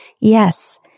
Yes